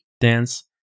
dance